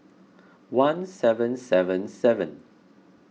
one seven seven seven